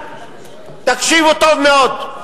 תקשיבו טוב מאוד,